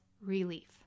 relief